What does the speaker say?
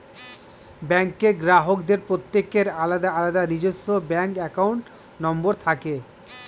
ব্যাঙ্কের গ্রাহকদের প্রত্যেকের আলাদা আলাদা নিজস্ব ব্যাঙ্ক অ্যাকাউন্ট নম্বর থাকে